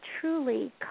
truly